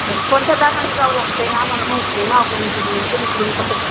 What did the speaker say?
बरं कोणतं दारानं जावं लागते आम्हाला माहीत नाही मागून पुढून कुणीकडून कसं